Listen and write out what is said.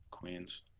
Queens